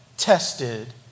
tested